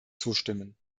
zustimmen